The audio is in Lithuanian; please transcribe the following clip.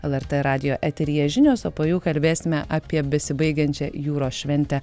lrt radijo eteryje žinios o po jų kalbėsime apie besibaigiančią jūros šventę